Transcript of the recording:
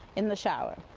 in the shower.